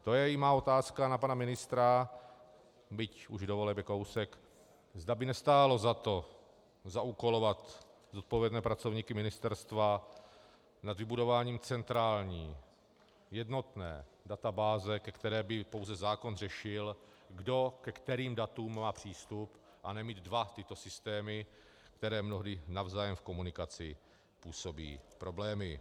To je i má otázka na pana ministra, byť už do voleb je kousek, zda by nestálo za to zaúkolovat zodpovědné pracovníky ministerstva na vybudování centrální jednotné databáze, ve které by pouze zákon řešil, kdo ke kterým datům má přístup, a nemít dva tyto systémy, které mnohdy navzájem v komunikaci působí problémy.